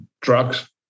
drugs